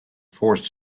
forced